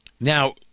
Now